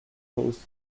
hosts